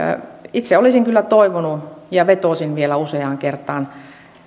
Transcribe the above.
itse olisin kyllä toivonut ja vetosin vielä useaan kertaan